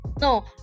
no